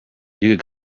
you